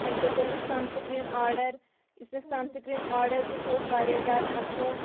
اَکہِ دۄہ کوٚر مےٚ سَن سٕکریٖن آرڈَر یُس مےٚ سَن سٕکریٖن آرڈَر کوٚر سُہ اوس واریاہ زیادٕ اَصٕل